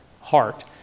heart